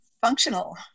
functional